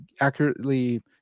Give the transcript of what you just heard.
accurately